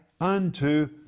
unto